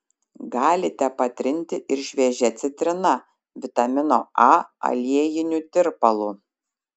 galite patrinti ir šviežia citrina vitamino a aliejiniu tirpalu